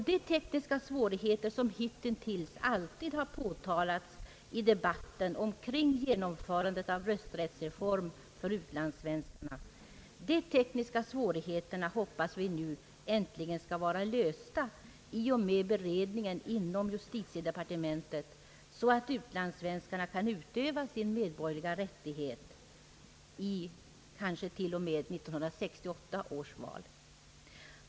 De tekniska svårigheter som hittills alltid har påtalats i debatten omkring genomförandet av rösträttsreformen för utlandssvenskarna hoppas vi nu äntligen skall vara lösta i och med beredningen inom justitiedepartementet, så att utlandssvenskarna kan utöva sin medborgerliga rättighet kanske till och med i 1968 års val.